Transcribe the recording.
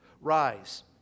Rise